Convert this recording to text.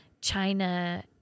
China